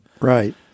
right